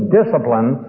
discipline